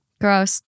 Gross